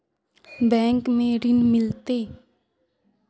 Bank में ऋण मिलते?